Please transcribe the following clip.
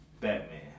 Batman